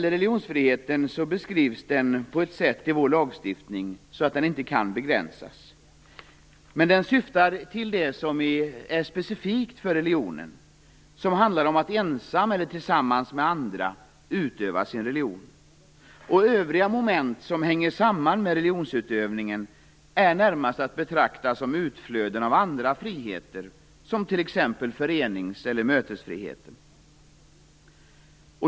Religionsfriheten beskrivs i vår lagstiftning på ett sådant sätt att den inte kan begränsas. Den syftar till det som är specifikt för religionen, nämligen att man ensam eller tillsammans med andra utövar sin religion. Övriga moment som hänger samman med religionsutövningen är närmast att betrakta som utflöden av andra friheter, t.ex. förenings och mötesfriheten.